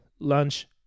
Lunch